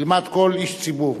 ילמד כל איש ציבור.